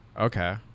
Okay